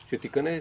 שתיכנס,